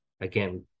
again